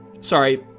Sorry